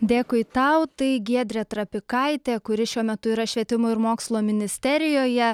dėkui tau tai giedrė trapikaitė kuri šiuo metu yra švietimo ir mokslo ministerijoje